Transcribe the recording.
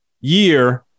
year